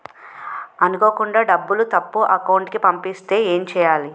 అనుకోకుండా డబ్బులు తప్పు అకౌంట్ కి పంపిస్తే ఏంటి చెయ్యాలి?